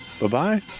Bye-bye